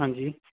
ਹਾਂਜੀ